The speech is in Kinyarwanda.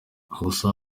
gusa